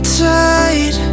tight